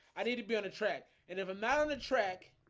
i need to be on a track and if i'm not on the track